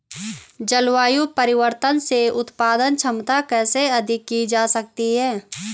जलवायु परिवर्तन से उत्पादन क्षमता कैसे अधिक की जा सकती है?